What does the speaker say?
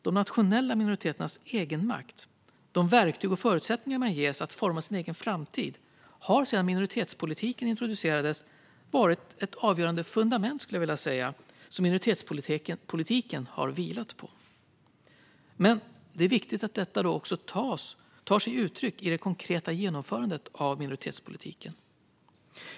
De nationella minoriteternas egenmakt, de verktyg och förutsättningar man ges att forma sin egen framtid, har sedan minoritetspolitiken introducerades varit ett avgörande fundament som minoritetspolitiken har vilat på. Men det är viktigt att detta också tar sig uttryck i det konkreta genomförandet av minoritetspolitiken.